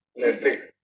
Netflix